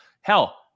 hell